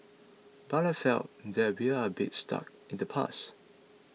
but I feel that we are a bit stuck in the past